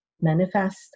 manifest